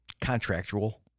Contractual